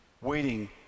waiting